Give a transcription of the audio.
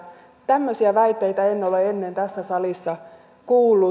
tämmöisiä väitteitä en ole ennen tässä salissa kuullut